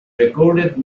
recorded